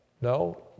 No